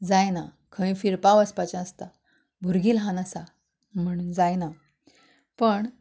जायना खंय फिरपा वचपाचें आसता भुरगीं ल्हान आसा म्हूण जायना पण